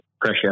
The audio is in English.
pressure